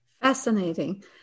fascinating